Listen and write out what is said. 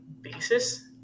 basis